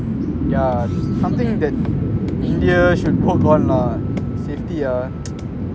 yeah india india should work on safety ah